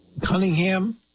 Cunningham